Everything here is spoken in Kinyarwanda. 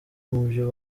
mubyo